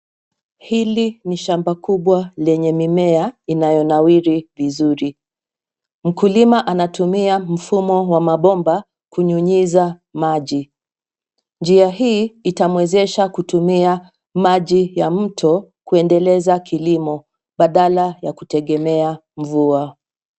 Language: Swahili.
Hili ni shamba kubwa lenye mimea inayonawiri vizuri. Mkulima anatumia mfumo wa mabomba kunyunyiza maji. Njia hii itamwezesha kutumia maji ya mto kuendeleza kilimo badala ya kutegemea mvua.